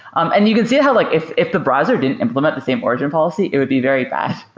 um and you could see how like if if the browser didn't implement the same origin policy, it would be very bad,